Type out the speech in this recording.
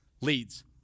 leads